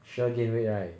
sure gain weight right